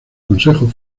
consejo